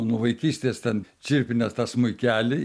nuo vaikystės ten čirpinęs tą smuikelį